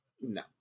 no